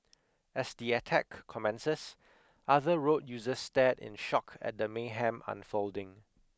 as the attack commences other road users stared in shock at the mayhem unfolding